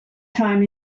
time